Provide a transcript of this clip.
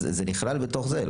אז זה נכלל בתוך זה,